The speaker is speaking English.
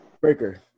breaker